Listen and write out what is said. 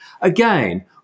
Again